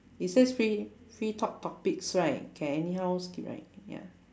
it says free free talk topics right can anyhow skip right ya